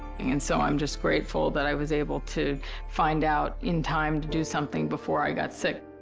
and so, i'm just grateful that i was able to find out in time to do something before i got sick.